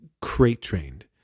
crate-trained